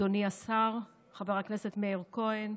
אדוני השר חבר הכנסת מאיר כהן,